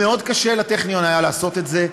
והיה מאוד קשה לטכניון לעשות את זה,